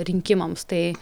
rinkimams tai